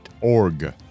org